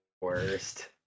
worst